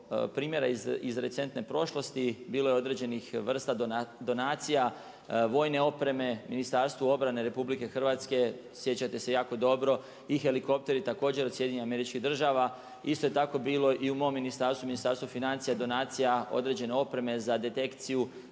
primjera iz recentne prošlosti, bilo je određenih vrsta donacija vojne opreme Ministarstvu obrane Republike Hrvatske, sjećate se jako dobro, i helikopteri također od Sjedinjenih Američkih Država. Isto tako je bilo i u mom Ministarstvu, Ministarstvu financija donacija određene opreme za detekciju